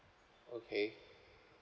okay